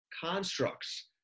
constructs